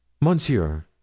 Monsieur